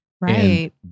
right